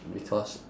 because